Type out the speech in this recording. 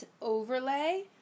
overlay